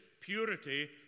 purity